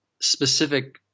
specific